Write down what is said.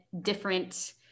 different